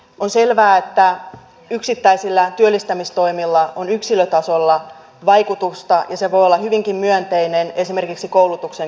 on selvää että yksittäisillä työllistämistoimilla on yksilötasolla vaikutusta ja se voi olla hyvinkin myönteinen esimerkiksi koulutuksen kautta